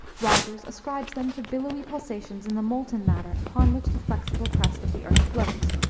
rogers ascribes them to billowy pulsations in the molten matter upon which the flexible crust of the earth floats.